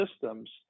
systems